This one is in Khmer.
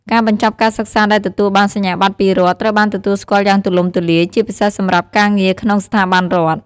ការបញ្ចប់ការសិក្សាដែលទទួលបានសញ្ញាបត្រពីរដ្ឋត្រូវបានទទួលស្គាល់យ៉ាងទូលំទូលាយ ជាពិសេសសម្រាប់ការងារក្នុងស្ថាប័នរដ្ឋ។